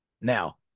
now